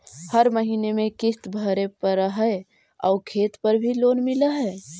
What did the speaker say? हर महीने में किस्त भरेपरहै आउ खेत पर भी लोन मिल है?